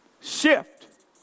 shift